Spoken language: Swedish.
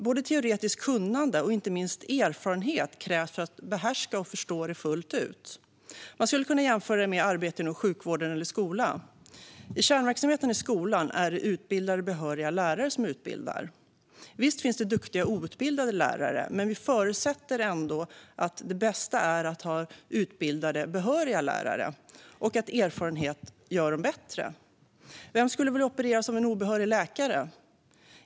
Både teoretiskt kunnande och inte minst erfarenhet krävs för att behärska och förstå det fullt ut. Man skulle kunna jämföra det med arbete inom sjukvården eller skolan. I kärnverksamheten i skolan är det utbildade behöriga lärare som utbildar. Visst finns det duktiga outbildade lärare, men vi förutsätter ändå att det bästa är att ha utbildade behöriga lärare och att erfarenhet gör dem bättre. Vem skulle vilja opereras av en obehörig läkare?